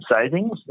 savings